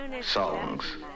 songs